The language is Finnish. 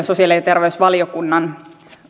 sosiaali ja terveysvaliokunnan